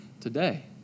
today